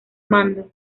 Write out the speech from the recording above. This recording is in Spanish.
mando